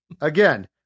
Again